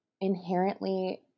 inherently